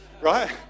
Right